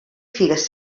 figues